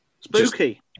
spooky